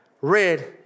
red